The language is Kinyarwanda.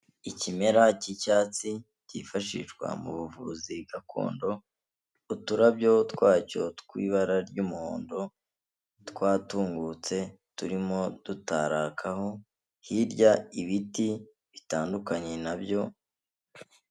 Ikimera cy'icyatsi cyifashishwa mu buvuzi gakondo, uturabyo twacyo tw'ibara ry'umuhondo twatungutse turimo dutarakaho, hirya ibiti bitandukanye na byo...